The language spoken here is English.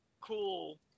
cool